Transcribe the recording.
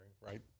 right